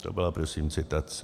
To byla prosím citace.